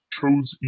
chose